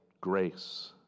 grace